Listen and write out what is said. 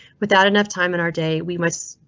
without enough time in our day, we must.